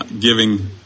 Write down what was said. giving